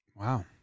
Wow